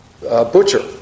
butcher